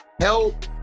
Help